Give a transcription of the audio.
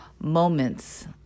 moments